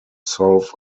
solve